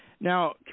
Now